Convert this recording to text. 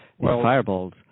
fireballs